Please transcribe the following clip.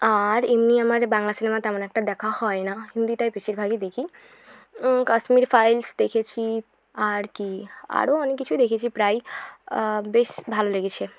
আর এমনি আমার বাংলা সিনেমা তেমন একটা দেখা হয় না হিন্দিটাই বেশিরভাগই দেখি কাশ্মীর ফাইলস দেখেছি আর কি আরও অনেক কিছুই দেখেছি প্রায় বেশ ভালো লেগেছে